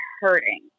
hurting